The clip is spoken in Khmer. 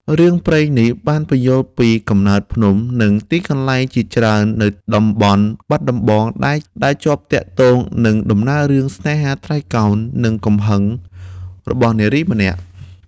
រឿងព្រេងនេះបានពន្យល់ពីកំណើតភ្នំ និងទីកន្លែងជាច្រើននៅតំបន់បាត់ដំបង ដែលជាប់ទាក់ទងនឹងដំណើររឿងស្នេហាត្រីកោណ និងកំហឹងរបស់នារីម្នាក់។